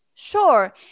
Sure